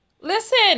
Listen